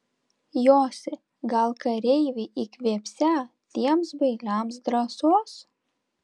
josi gal kareiviai įkvėpsią tiems bailiams drąsos